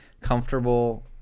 comfortable